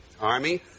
Army